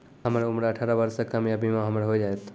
हमर उम्र अठारह वर्ष से कम या बीमा हमर हो जायत?